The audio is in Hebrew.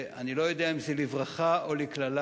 אני לא יודע אם זה לברכה או לקללה,